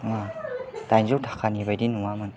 नङा दाइन जौ थाखानि बायदि नङामोन